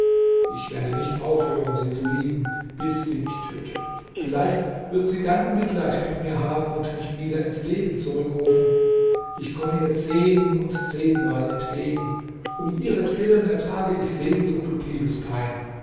ich werde nicht aufhören sie zu lieben bis sie mich tötet vielleicht wird sie dann mitleid mit mir haben und mich wieder ins leben zurückrufen ich komme ihr zehn und zehnmal entgegen um ihretwillen ertrage ich sehnsucht und liebespein